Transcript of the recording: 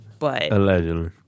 Allegedly